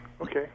Okay